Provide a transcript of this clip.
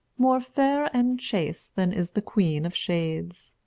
more fair and chaste than is the queen of shades